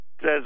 says